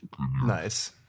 Nice